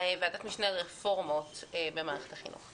ועדת משנה לרפורמות במערכת החינוך.